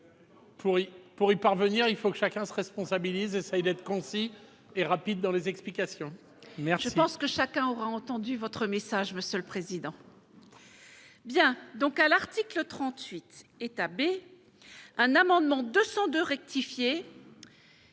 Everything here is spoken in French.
Pour y parvenir, il faut que chacun se responsabilise essaye d'être concis et rapide dans les explications, mais je pense. Que chacun aura entendu votre message, Monsieur le Président. Bien, donc à l'article 38 états B un amendement 202 rectifié.